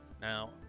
now